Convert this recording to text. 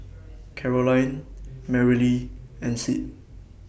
Carolyne Merrilee and Sid